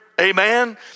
amen